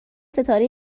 ستاره